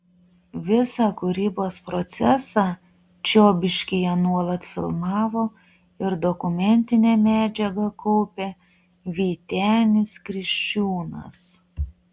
visą kūrybos procesą čiobiškyje nuolat filmavo ir dokumentinę medžiagą kaupė vytenis kriščiūnas